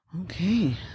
Okay